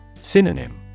Synonym